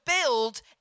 build